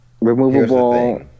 removable